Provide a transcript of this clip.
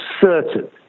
certain